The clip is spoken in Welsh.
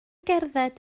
gerdded